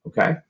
Okay